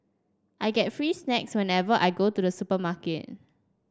I get free snacks whenever I go to the supermarket